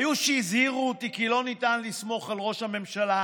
היו שהזהירו אותי כי לא ניתן לסמוך על ראש הממשלה,